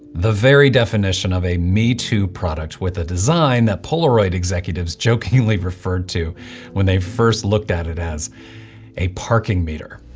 the very definition of a me too product with a design that polaroid executives jokingly referred to when they first looked at it as a parking meter.